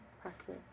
practice